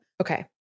Okay